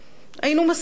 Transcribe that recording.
היינו מסכימים.